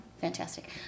Fantastic